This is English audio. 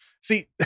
See